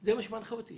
זה מה שמנחה אותי.